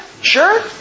Sure